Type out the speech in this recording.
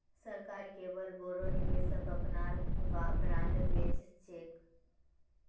सरकार केवल बोरो निवेशक अपनार बॉन्ड बेच छेक